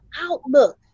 outlook